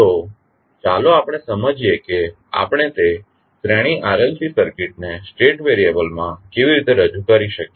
તો ચાલો આપણે સમજીએ કે આપણે તે શ્રેણી RLC સર્કિટને સ્ટેટ વેરીએબલ્સ માં કેવી રીતે રજૂ કરી શકીએ